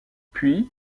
puis